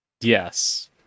Yes